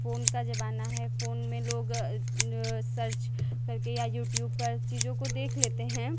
phone का ज़माना है फ़ोन में लोग सर्च करके या यूट्यूब पर चीज़ों को देख लेते हैं